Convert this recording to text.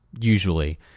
usually